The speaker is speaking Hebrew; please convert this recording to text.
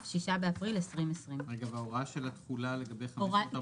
(6 באפריל 2020). וההוראה של התחולה לגבי 549(ד)?